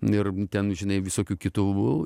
ir ten žinai visokių kitų